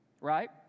Right